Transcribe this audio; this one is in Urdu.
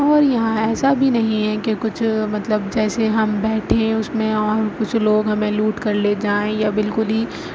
اور یہاں ایسا بھی نہیں ہے کہ کچھ مطلب جیسے ہم بیٹھیں اس میں اور کچھ لوگ ہمیں لوٹ کر لے جائیں یا بالکل ہی